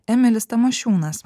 emilis tamošiūnas